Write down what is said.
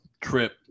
trip